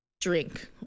drink